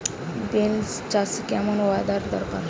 Beans চাষে কেমন weather দরকার?